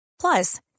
Plus